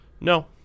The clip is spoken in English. no